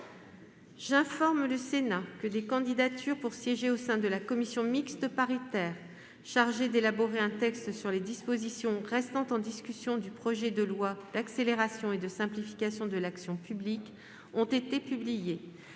J'informe le Sénat que des candidatures pour siéger au sein de la commission mixte paritaire chargée d'élaborer un texte sur les dispositions restant en discussion du projet de loi d'accélération et de simplification de l'action publique ont été publiées.